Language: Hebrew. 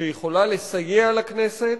שיכולה לסייע לכנסת,